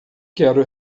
quero